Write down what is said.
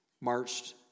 marched